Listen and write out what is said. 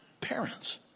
parents